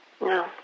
No